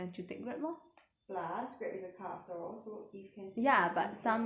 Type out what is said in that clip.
plus grab is a car after all so if can sit then can drive your car